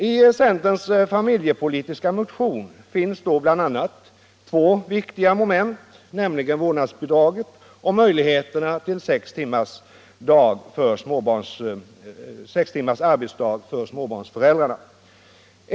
I centerns familjepolitiska motion finns då bl.a. två viktiga moment, nämligen vårdnadsbidraget och möjligheterna till sextimmarsdag för småbarnsföräldrar.